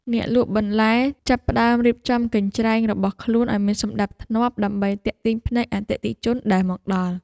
អ្នកលក់បន្លែចាប់ផ្ដើមរៀបចំកញ្ច្រែងរបស់ខ្លួនឱ្យមានសណ្ដាប់ធ្នាប់ដើម្បីទាក់ទាញភ្នែកអតិថិជនដែលមកដល់។